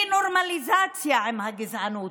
נורמליזציה של הגזענות.